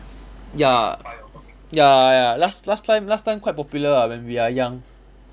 ya ya ya last last time last time quite popular ah when we are young